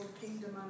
kingdom